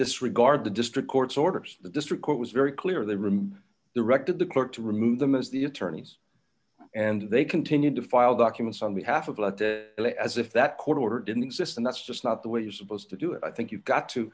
disregard the district court's orders the district court was very clear the room the rector the clerk to remove them as the attorneys and they continued to file documents on behalf of law as if that court order didn't exist and that's just not the way you're supposed to do it i think you've got to